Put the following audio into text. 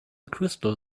crystal